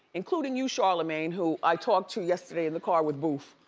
including you charlemagne, who i talked to yesterday in the car with boof.